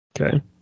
Okay